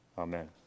Amen